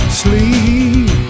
sleep